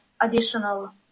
additional